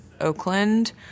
Oakland